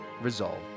resolve